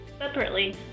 Separately